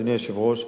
אדוני היושב-ראש,